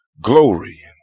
glory